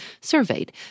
surveyed